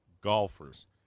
golfers